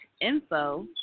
info